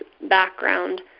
background